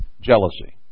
Jealousy